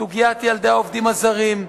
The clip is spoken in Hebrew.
סוגיית ילדי העובדים הזרים,